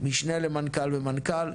משנה למנכ"ל ומנכ"ל.